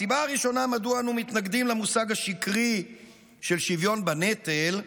הסיבה הראשונה לכך שאנו מתנגדים למושג השקרי "שוויון בנטל"